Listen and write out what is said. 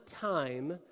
time